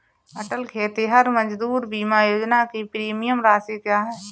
अटल खेतिहर मजदूर बीमा योजना की प्रीमियम राशि क्या है?